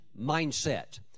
mindset